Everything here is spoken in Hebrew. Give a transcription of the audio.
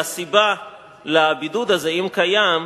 שהסיבה לו, לבידוד הזה, אם הוא קיים,